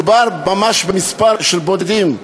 מדובר ממש בכמה סיבוכים בודדים,